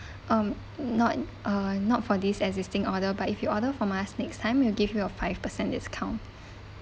um not uh not for this existing order but if you order from us next time we'll give me a five percent discount